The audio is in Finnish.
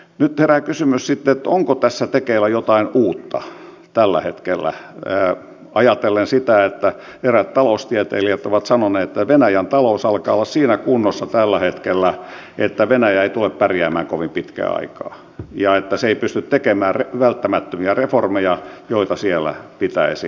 nyt herää kysymys sitten onko tässä tekeillä jotain uutta tällä hetkellä ajatellen sitä että eräät taloustieteilijät ovat sanoneet että venäjän talous alkaa olla siinä kunnossa tällä hetkellä että venäjä ei tule pärjäämään kovin pitkää aikaa ja että se ei pysty tekemään välttämättömiä reformeja joita siellä pitäisi tehdä